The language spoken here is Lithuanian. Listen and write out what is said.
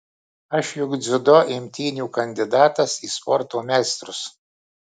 aš juk dziudo imtynių kandidatas į sporto meistrus